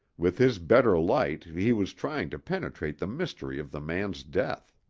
with his better light he was trying to penetrate the mystery of the man's death.